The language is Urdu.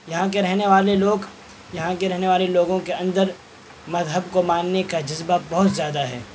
یہاں کے رہنے والے لوگ یہاں کے رہنے والے لوگوں کے اندر مذہب کو ماننے کا جذبہ بہت زیادہ ہے